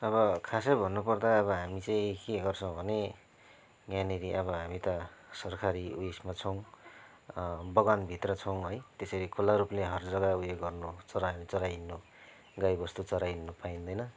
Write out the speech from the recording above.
अब खासै भन्नुपर्दा हामी चाहिँ के गर्छौँ भने यहाँनिर हामी त सरकारी उइसमा छौँ बगानभित्र छौँ है त्यसरी खुल्ला रूपले हर जग्गा उयो गर्नु चराइ हिड्नु गाई बस्तु चराइ हिड्नु पाइँदैन